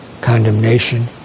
condemnation